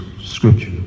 scripture